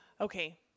Okay